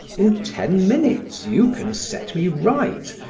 in ten minutes you can set me right.